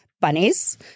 bunnies